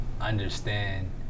understand